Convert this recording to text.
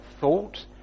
thought